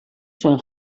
zuen